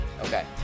Okay